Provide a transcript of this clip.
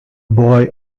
boy